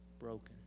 broken